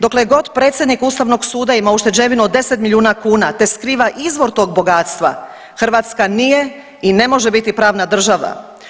Dokle god predsjednik ustavnog suda ima ušteđevinu od 10 milijuna kuna te skriva izvor tog bogatstva, Hrvatska nije i ne može biti pravna država.